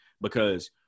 Because-